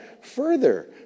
further